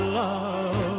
love